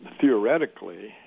Theoretically